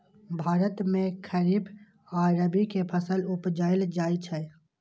भारत मे खरीफ आ रबी के फसल उपजाएल जाइ छै